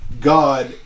God